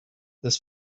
this